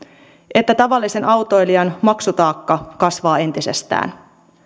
että tavallisen autoilijan maksutaakka kasvaa entisestään